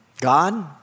God